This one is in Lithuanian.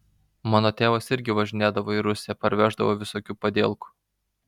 mano tėvas irgi važinėdavo į rusiją parveždavo visokių padielkų